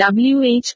WH